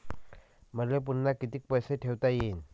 मले पुन्हा कितीक पैसे ठेवता येईन?